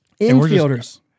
Infielders